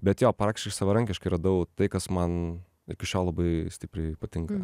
bet jo praktiškai aš savarankiškai radau tai kas man iki šiol labai stipriai patinka